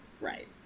Right